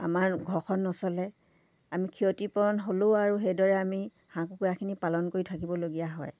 আমাৰ ঘৰখন নচলে আমি ক্ষতিপূৰণ হ'লেও আৰু সেইদৰে আমি হাঁহ কুকুৰাখিনি পালন কৰি থাকিবলগীয়া হয়